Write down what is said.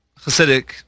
hasidic